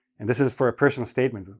and this is for a personal statement.